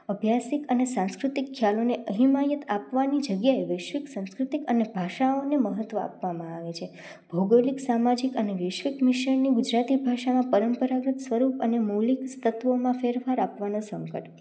અભ્યાસિક અને સાંસ્કૃતિક ખ્યાલોને હિમાયત આપવાની જગ્યાએ વૈશ્વિક સાંસ્કૃતિક અને ભાષાઓને મહત્ત્વ આપવામાં આવે છે ભૌગોલિક સામાજિક અને વૈશ્વિક મિશ્રણની ગુજરાતી ભાષામાં પરંપરાગત સ્વરૂપ અને મૌલિક તત્ત્વોમાં ફેરફાર આપવાના સંકટ